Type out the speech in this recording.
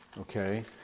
Okay